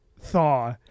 thaw